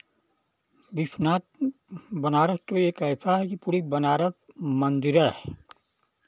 विश्वनाथ बनारस में एक ऐसा है कि पूरी बनारस मंदिर है